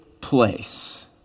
place